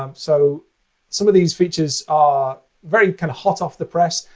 um so some of these features are very hot off the press.